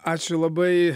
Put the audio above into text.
ačiū labai